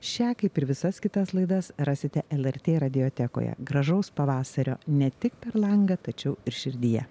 šią kaip ir visas kitas laidas rasite lrt radiotekoje gražaus pavasario ne tik per langą tačiau ir širdyje